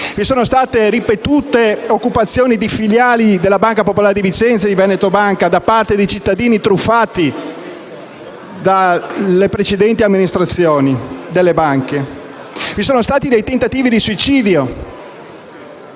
ci sono state ripetute occupazioni di filiali della Banca Popolare di Vicenza e Veneto Banca da parte dei cittadini truffati dalle precedenti amministrazioni bancarie. Vi sono stati dei tentativi di suicidio,